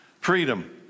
Freedom